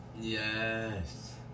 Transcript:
Yes